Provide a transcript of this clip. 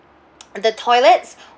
the toilets